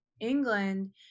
England